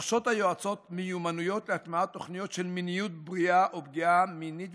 רוכשות היועצות מיומנויות להטמעת תוכניות של מיניות בריאה ופגיעה מינית,